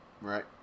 Right